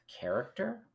character